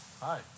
Hi